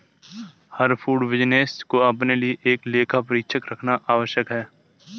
हर food business को अपने लिए एक लेखा परीक्षक रखना आवश्यक है